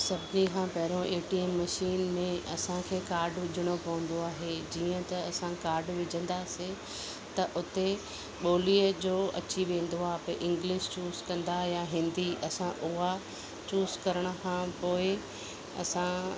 सभिनी खां पहिरियों ए टी एम मशिन में असां खे कार्ड विझणो पवंदो आहे जीअं त असां कार्ड विझंदासीं त उते ॿोलीअ जो अची वेंदो आहे त इंग्लिश चूस कंदा या हिंदी असां उहा चूस करण खां पोइ असां